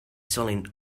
selling